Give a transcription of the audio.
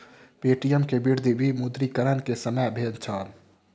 Paytm के वृद्धि विमुद्रीकरण के समय भेल छल